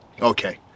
Okay